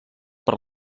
per